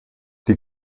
die